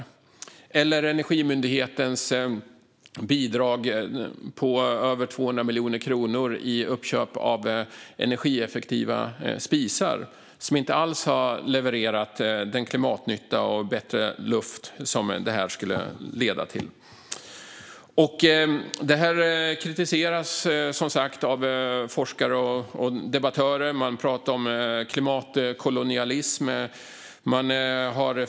Ett annat exempel är Energimyndighetens bidrag med över 200 miljoner kronor för uppköp av energieffektiva spisar som inte alls har levererat den klimatnytta och bättre luft som de var avsedda att leda till. Detta kritiseras av forskare och debattörer. Man talar om klimatkolonialism.